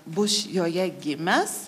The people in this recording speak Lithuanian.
buš joje gimęs